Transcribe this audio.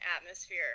atmosphere